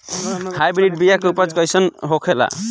Hybrid बीया के उपज कैसन होखे ला?